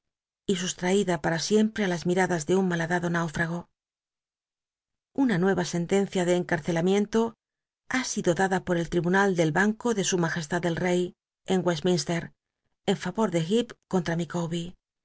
y sustraída para siempre á las mijadas de un malhadado náufrago una nuc a sentencia de encarcelamiento ha sido dada por el llibunal del banco de s m el rey en westminstcr en favor de heep